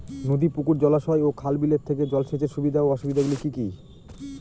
নদী পুকুর জলাশয় ও খাল বিলের থেকে জল সেচের সুবিধা ও অসুবিধা গুলি কি কি?